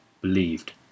believed